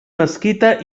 mesquita